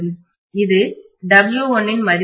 இது W1 இன் மதிப்பு ஆகும்